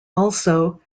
also